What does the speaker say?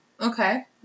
Okay